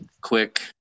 quick